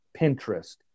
Pinterest